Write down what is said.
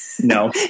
No